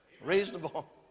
Reasonable